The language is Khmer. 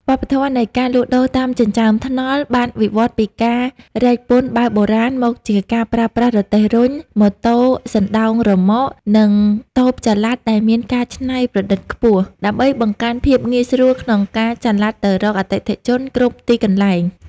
វប្បធម៌នៃការលក់ដូរតាមចិញ្ចើមថ្នល់បានវិវត្តន៍ពីការរែកពុនបែបបុរាណ មកជាការប្រើប្រាស់រទេះរុញ ម៉ូតូសណ្ដោងរ៉ឺម៉ក និងតូបចល័តដែលមានការច្នៃប្រឌិតខ្ពស់ ដើម្បីបង្កើនភាពងាយស្រួលក្នុងការចល័តទៅរកអតិថិជនគ្រប់ទីកន្លែង។